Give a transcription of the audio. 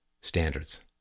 standards